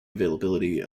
availability